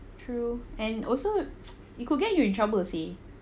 true and also if you could get you in trouble seh